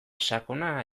sakona